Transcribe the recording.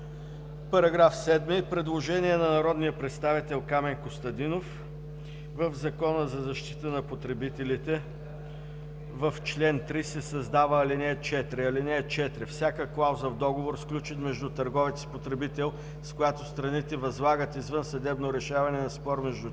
КИРИЛОВ: Предложение на народния представител Камен Костадинов: „В Закона за защита на потребителите в чл. 30 се създава ал. 4: „ (4) Всяка клауза в договор, сключен между търговец и потребител, с която страните възлагат извънсъдебно решаване на спор между тях,